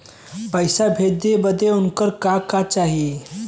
पैसा भेजे बदे उनकर का का चाही?